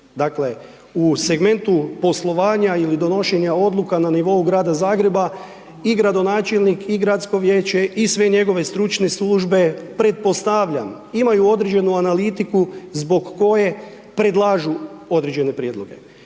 Dakle, u segmentu poslovanja ili donošenja odluka na nivou grada Zagreba i gradonačelnik i gradsko vijeće i sve njegove stručne službe, pretpostavljam, imaju određenu analitiku zbog koje predlažu određene prijedloge